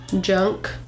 junk